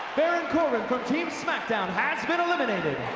baron corbin from team smackdown has been eliminated.